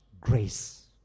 grace